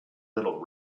little